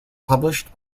published